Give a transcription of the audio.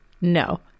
No